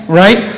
right